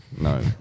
no